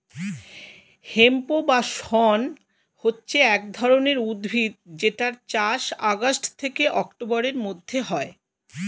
hemp বা শণ হচ্ছে এক ধরণের উদ্ভিদ যেটার চাষ আগস্ট থেকে অক্টোবরের মধ্যে হয়